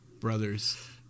brothers